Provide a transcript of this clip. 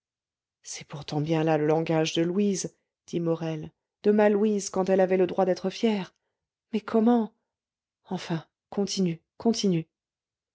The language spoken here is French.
c'est pourtant bien là le langage de louise dit morel de ma louise quand elle avait le droit d'être fière mais comment enfin continue continue